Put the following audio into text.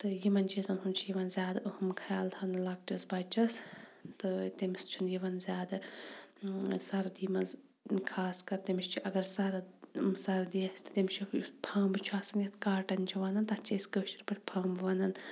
تہٕ یِمَن چیٖزَن ہُنٛد چھُ یِوان زیادٕ اہم خَیال تھاونہٕ لَکٹِس بَچَس تہٕ تٔمس چھُنہٕ یِوان زیادٕ سَردی مَنٛز خاص کَر تٔمِس چھ اَگَر سرد سردی آسہِ تہٕ تٔمِس چھُ یُس پھَمب چھُ آسان یتھ کاٹَن چھِ وَنان تَتھ چھِ أسۍ کٲشِر پٲٹھۍ پھَمب وَنان